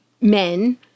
men